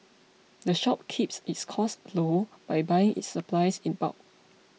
the shop keeps its costs low by buying its supplies in bulk